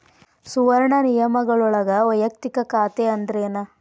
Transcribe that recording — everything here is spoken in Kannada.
ಸುವರ್ಣ ನಿಯಮಗಳೊಳಗ ವಯಕ್ತಿಕ ಖಾತೆ ಅಂದ್ರೇನ